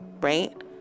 right